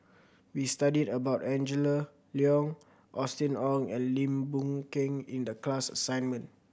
we studied about Angela Liong Austen Ong and Lim Boon Keng in the class assignment